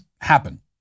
happen